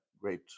great